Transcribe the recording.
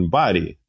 body